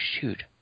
shoot